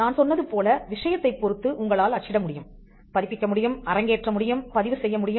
நான் சொன்னது போல விஷயத்தைப் பொறுத்து உங்களால் அச்சிட முடியும் பதிப்பிக்க முடியும் அரங்கேற்ற முடியும் பதிவு செய்ய முடியும்